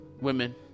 women